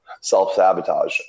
self-sabotage